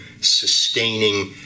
sustaining